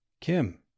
Kim